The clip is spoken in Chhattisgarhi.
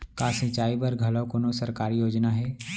का सिंचाई बर घलो कोई सरकारी योजना हे?